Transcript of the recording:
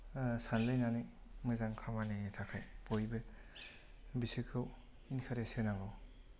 सानलायनानै मोजां खामानिनि थाखाय बयबो बिसोरखौ एनखारेज होनांगौ